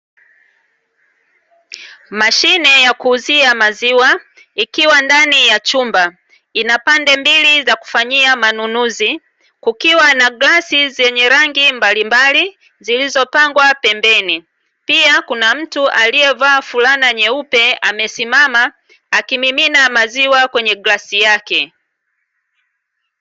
Mashine ya kuuzia maziwa, ikiwa ndani ya chumba, ina pande mbili za kufanyia manunuzi, kukiwa na glasi zenye rangi mbalimbali zilizopangwa pembeni, pia kuna mtu aliyevaa fulana nyeupe amesimama akimimina maziwa kwenye glasi yake.